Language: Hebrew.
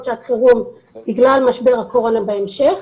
שעת חירום בגלל משבר הקורונה בהמשך,